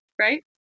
right